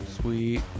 sweet